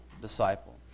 disciple